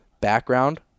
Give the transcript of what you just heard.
background